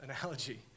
analogy